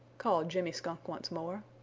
called jimmy skunk once more.